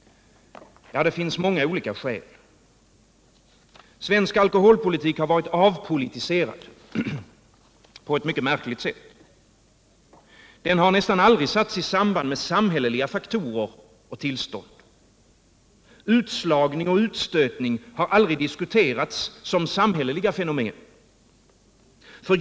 Ja, det finns många olika skäl. Svensk alkoholpolitik har varit avpolitiserad på eu mycket märkligt sätt. Den har nästan aldrig satts i samband med samhälleliga faktorer och tillstånd. Utslagning och utstötning har aldrig diskuterats som samhälleliga fenomen.